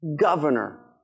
governor